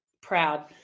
proud